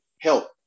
help